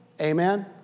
Amen